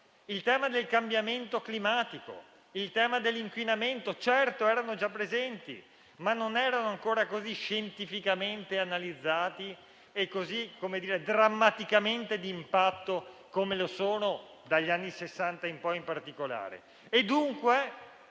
Il tema del cambiamento climatico e il tema dell'inquinamento certo erano già presenti, ma non erano ancora così scientificamente analizzati e così drammaticamente di impatto come lo sono in particolare